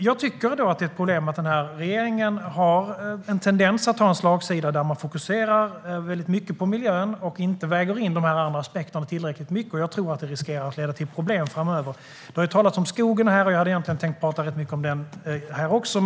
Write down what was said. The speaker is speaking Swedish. Jag tycker att det är ett problem att regeringen har en tendens att ha en slagsida där man fokuserar väldigt mycket på miljön och inte väger in de andra aspekterna tillräckligt mycket. Jag tror att det riskerar att leda till problem framöver. Det har talats om skogen här, och jag hade egentligen tänkt tala rätt mycket om den här också.